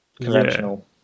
conventional